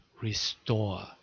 restore